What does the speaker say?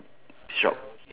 shop